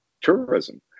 tourism